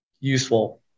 useful